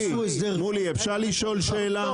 מולי, אפשר לשאול שאלה?